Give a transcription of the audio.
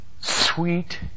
sweet